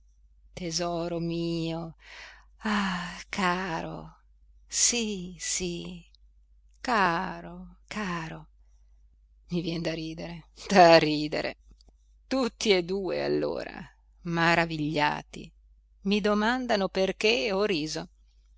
tesoro mio ah caro sì sì caro i vien da ridere da ridere tutti e due allora maravigliati mi domandano perché ho riso